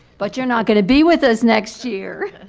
but you're not going to be with us next year.